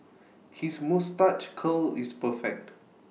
his moustache curl is perfect